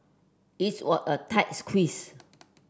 its were a tight squeeze